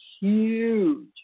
huge